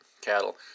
cattle